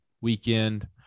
weekend